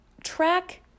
Track